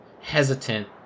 hesitant